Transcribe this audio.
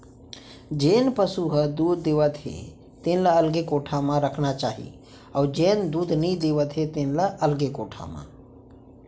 जेन पसु ह दूद देवत हे तेन ल अलगे कोठा म रखना चाही अउ जेन दूद नइ देवत हे तेन ल अलगे कोठा म